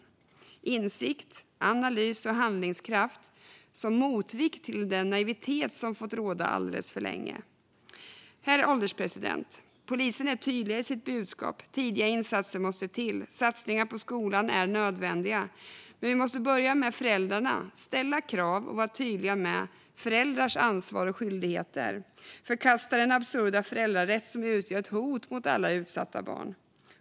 Det handlar om insikt, analys och handlingskraft som motvikt till den naivitet som fått råda alldeles för länge. Herr ålderspresident! Polisen är tydlig i sitt budskap. Tidiga insatser måste till. Satsningar på skolan är nödvändiga. Men vi måste börja med föräldrarna och ställa krav och vara tydliga med föräldrars ansvar och skyldigheter samt förkasta den absurda föräldrarätt som utgör ett hot mot alla utsatta barn.